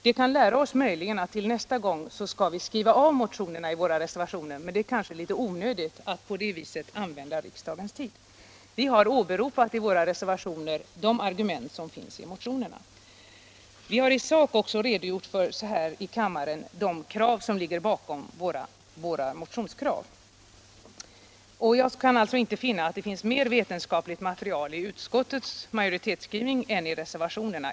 Det inträffade kan möjligen lära oss att vi nästa gång skall skriva av motionerna i våra reservationer, men det är kanske litet onödigt att använda riksdagens tid på det viset. Vi har i våra reservationer åberopat de argument som finns i motionerna. Vi har i sak här i kammaren redogjort för vad som ligger bakom våra motionskrav. Jag kan inte komma fram till att det finns mer vetenskapligt material i utskottets majoritetsskrivning än i reservationerna.